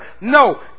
No